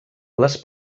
les